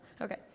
Okay